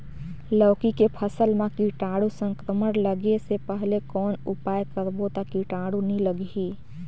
लौकी के फसल मां कीटाणु संक्रमण लगे से पहले कौन उपाय करबो ता कीटाणु नी लगही?